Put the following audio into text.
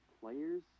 players